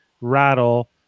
rattle